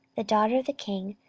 the daughter of the king,